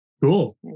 cool